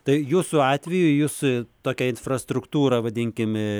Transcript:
tai jūsų atveju jūsų tokia infrastruktūra vadinkim